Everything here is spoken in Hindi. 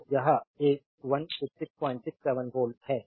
तो यह एक 16667 वोल्ट है